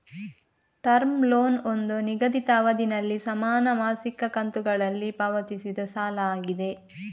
term loan ಒಂದು ನಿಗದಿತ ಅವಧಿನಲ್ಲಿ ಸಮಾನ ಮಾಸಿಕ ಕಂತುಗಳಲ್ಲಿ ಪಾವತಿಸಿದ ಸಾಲ ಆಗಿದೆ